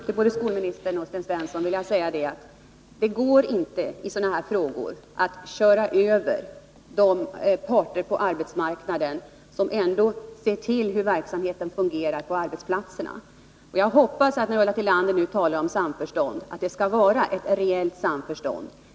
Herr talman! Till både skolministern och Sten Svensson vill jag säga: Det går inte att i sådana här frågor köra över de parter på arbetsmarknaden som har till uppgift att se till att verksamheten fungerar på arbetsplatserna. Jag hoppas att Ulla Tillander, när hon nu talar om samförstånd, menar att det 237 skall vara ett rejält samförstånd.